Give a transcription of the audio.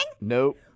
Nope